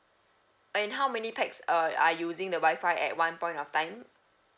and how many pax uh are using the wifi at one point of time